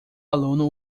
aluno